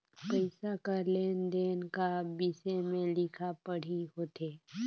पइसा कर लेन देन का बिसे में लिखा पढ़ी होथे